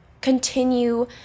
continue